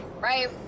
right